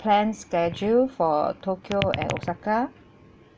plan schedule for tokyo and osaka